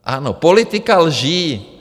Ano, politika lží.